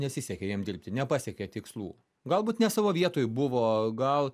nesisekė jam dirbti nepasiekė tikslų galbūt ne savo vietoj buvo gal